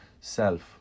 self